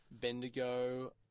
Bendigo